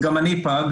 גם אני פג,